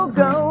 go